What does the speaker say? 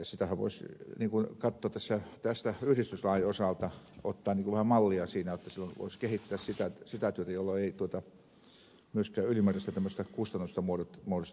sitähän voisi katsoa tästä yhdistyslain osalta ottaa vähän mallia siinä jotta silloin voisi kehittää sitä työtä jolloin ei myöskään ylimääräistä tämmöistä kustannusta muodostettaisi eduskunnalle